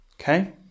okay